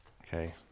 Okay